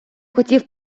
хотів